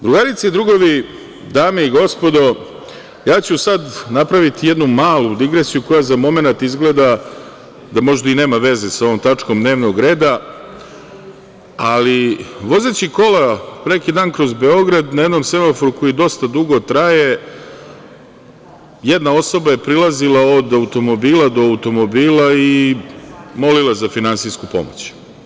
Drugarice i drugovi, dame i gospodo, napraviću sad jednu malu digresiju koja za momenat izgleda da možda i nema veze sa ovom tačkom dnevnog reda, ali vozeći kola pre neki dan kroz Beograd, na jednom semaforu koji dosta dugo traje, jedna osoba je prilazila od automobila do automobila i molila za finansijsku pomoć.